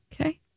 Okay